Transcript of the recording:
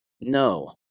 No